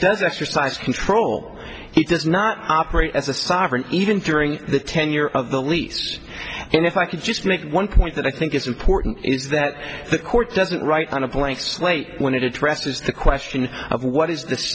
does exercise control he does not operate as a sovereign even through the tenure of the lease and if i could just make one point that i think is important is that the court doesn't write on a blank slate when it addresses the question of what is th